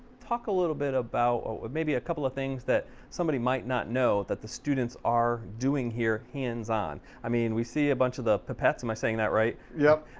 talk a little bit about maybe a couple of things that somebody might not know that the students are doing here hands on. i mean, we see a bunch of the pipettes, am i saying that right? yeah.